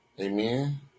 Amen